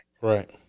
Right